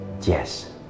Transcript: yes